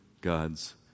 God's